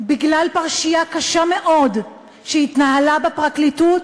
בגלל פרשייה קשה מאוד שהתנהלה בפרקליטות